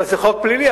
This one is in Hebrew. אבל זה חוק פלילי.